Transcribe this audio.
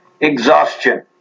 exhaustion